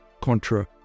Contra